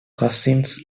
cutscenes